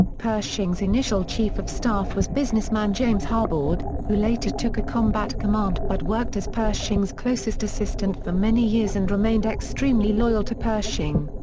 pershing's initial chief of staff was businessman james harbord, who later took a combat command but worked as pershing's closest assistant for many years and remained extremely loyal to pershing.